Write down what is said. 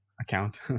Account